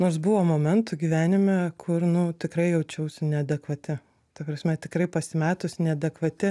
nors buvo momentų gyvenime kur nu tikrai jaučiausi neadekvati ta prasme tikrai pasimetus neadekvati